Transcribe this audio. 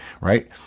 Right